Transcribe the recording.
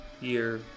year